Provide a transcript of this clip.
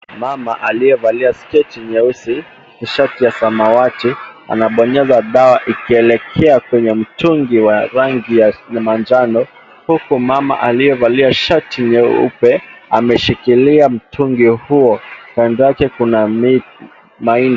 Mama aliyevalia sketi nyeusi na shati ya samawati anabonyeza dawa ikielekea kwenye mtungi wa rangi ya manjano huku mama aliyevalia shati nyeupe ameshikilia mtungi huo. Kando yake kuna mahindi.